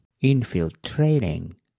infiltrating